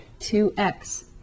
2x